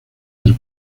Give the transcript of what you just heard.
del